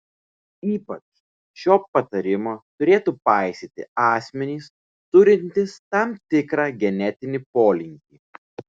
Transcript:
ypač šio patarimo turėtų paisyti asmenys turintys tam tikrą genetinį polinkį